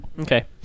Okay